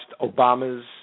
Obama's